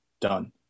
done